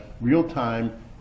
real-time